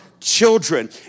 Children